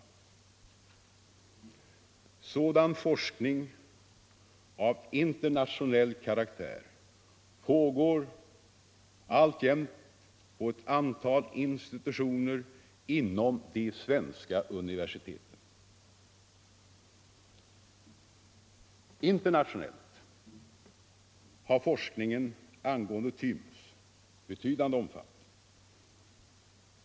Sådan forskning av internationellt betydelsefull karaktär pågår alltjämt på ett antal institutioner inom de svenska universiteten. Internationellt har forskningen angående thymus betydande omfattning.